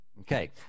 okay